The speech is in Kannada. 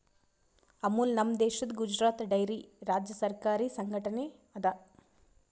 ಅಮುಲ್ ನಮ್ ದೇಶದ್ ಗುಜರಾತ್ ಡೈರಿ ರಾಜ್ಯ ಸರಕಾರಿ ಸಂಘಟನೆ ಅದಾ